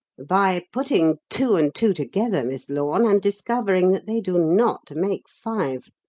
by putting two and two together, miss lorne, and discovering that they do not make five.